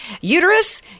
uterus